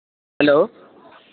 hello